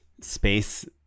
space